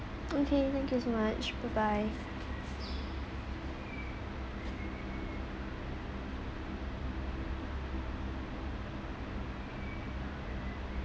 okay thank you so much bye bye